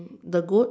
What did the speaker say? the goat